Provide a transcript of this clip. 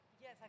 Yes